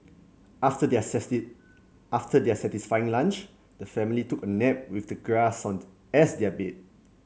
after their after their satisfying lunch the family took a nap with the grass on the as their bed